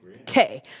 Okay